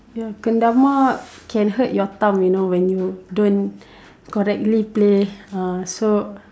your kendama can hurt your thumb you know when you don't correctly play uh so